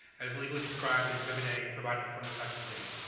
as legally described in exhibit a and providing for an effective date.